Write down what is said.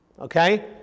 Okay